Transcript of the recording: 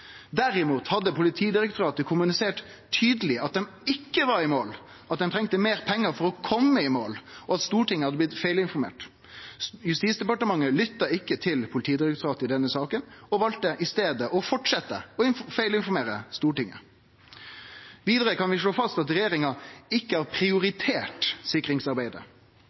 Derimot hadde Politidirektoratet kommunisert tydeleg at dei ikkje var i mål, at dei trong meir pengar for å kome i mål, og at Stortinget hadde blitt feilinformert. Justis- og beredskapsdepartementet lytta ikkje til Politidirektoratet i denne saka og valde i staden å fortsetje med å feilinformere Stortinget. Vidare kan vi slå fast at regjeringa ikkje har prioritert sikringsarbeidet.